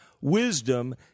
wisdom